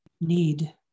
need